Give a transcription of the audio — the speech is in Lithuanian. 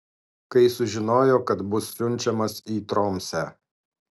kai sužinojo kad bus siunčiamas į tromsę